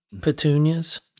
Petunias